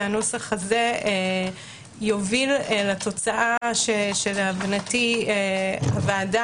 שהנוסח הזה יוביל לתוצאה שלהבנתי הוועדה